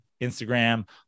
Instagram